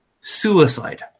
suicide